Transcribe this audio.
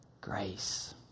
Grace